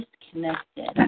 disconnected